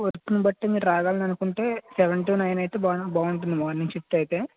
వర్క్ని బట్టి మీరు రాగలను అనుకుంటే సెవెన్ టు నైన్ అయితే బానే బాగుంటుంది మార్నింగ్ షిఫ్ట్ అయితే